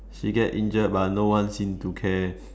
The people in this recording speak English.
she get injured but no one seem to care